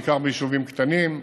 בעיקר ביישובים קטנים,